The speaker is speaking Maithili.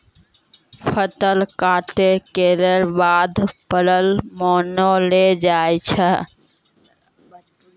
फसल कटला केरो बाद परब मनैलो जाय छै